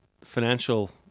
financial